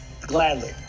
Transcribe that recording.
Gladly